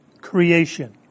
creation